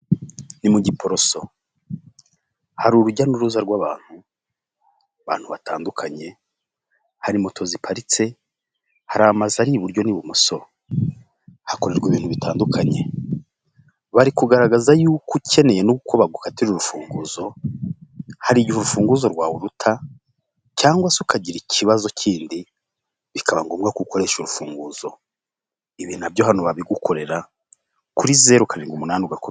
Ni mu giporoso, hari urujya n'uruza rw'abantu, abantu batandukanye. hari moto ziparitse, hari amazu ari iburyo n'ibumoso, hakorerwa ibintu bitandukanye. Bari kugaragaza y'uko ukeneye ko bagukatira urufunguzo, hari igihe urufunguzo waruta cyangwa se ukagira ikibazo kindi bikaba ngombwa ko ukoresha urufunguzo, ibi nabyo abantu babigukorera kuri zeru karindwi umunani ugako.